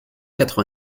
quatre